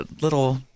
little